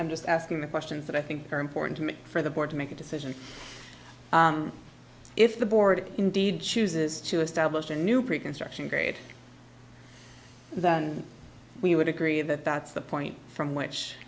i'm just asking the questions that i think are important to me for the board to make a decision if the board indeed chooses to establish a new pre construction grade that we would agree that that's the point from which